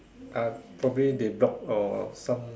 uh probably they block or some